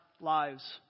lives